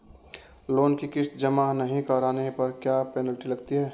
Loan की किश्त जमा नहीं कराने पर क्या पेनल्टी लगती है?